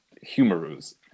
humorous